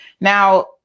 Now